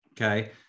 okay